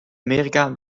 amerika